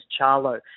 Charlo